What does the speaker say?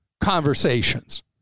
conversations